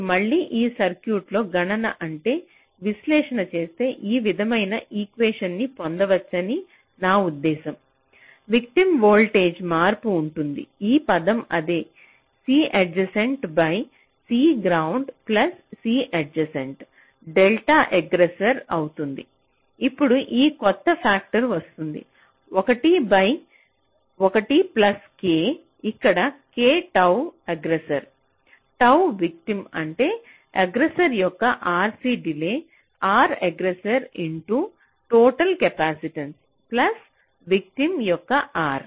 మీరు మళ్ళీ ఈ సర్క్యూట్లో గణన అంటే విశ్లేషణ చేస్తే ఈ విధమైన ఈక్వేషన్ న్ని పొందవచ్చని నా ఉద్దేశ్యం విటిమ్ వోల్టేజ్లో మార్పు ఉంటుంది ఈ పదం అదే C adjacent by C ground plus C adjacent delta aggressor అవుతుంది ఇప్పుడు ఈ కొత్త ఫ్యాక్టర్ వస్తుంది 1 బై 1 ప్లస్ k ఇక్కడ K tau aggressor tau victim అంటే ఎగ్రెసర్ యొక్క RC delay R aggressor into total capacitance plus victim యొక్క R